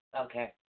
Okay